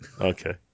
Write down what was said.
Okay